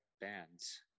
bands